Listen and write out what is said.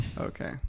Okay